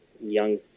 young